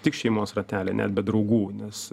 tik šeimos rately net be draugų nes